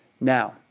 Now